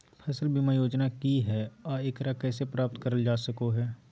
फसल बीमा योजना की हय आ एकरा कैसे प्राप्त करल जा सकों हय?